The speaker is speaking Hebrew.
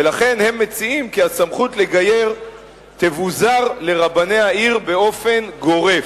ולכן הם מציעים כי הסמכות לגייר תבוזר לרבני העיר באופן גורף.